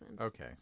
Okay